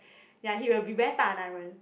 ya he will be very 大男人